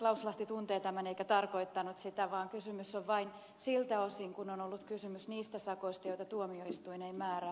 lauslahti tuntee tämän eikä tarkoittanut sitä vaan kysymys on vain siltä osin kuin on ollut kysymys niistä sakoista joita tuomioistuin ei määrää